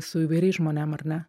su įvairiais žmonėm ar ne